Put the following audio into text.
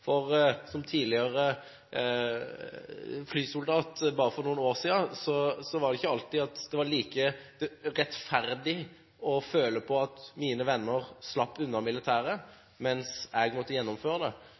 verneplikten. Som tidligere flysoldat for bare noen år siden føltes det ikke alltid like rettferdig at mine venner slapp unna militæret, mens jeg måtte gjennomføre det.